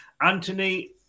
Anthony